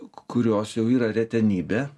k kurios jau yra retenybė